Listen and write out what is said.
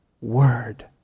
word